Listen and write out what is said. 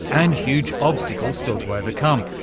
and huge obstacles still to overcome.